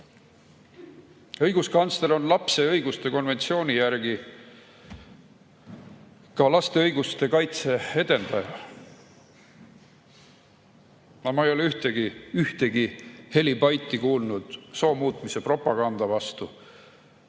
Õiguskantsler on lapse õiguste konventsiooni järgi ka laste õiguste kaitse edendaja. Ma ei ole ühtegi helibaiti kuulnud soo muutmise propaganda vastu,